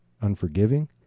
unforgiving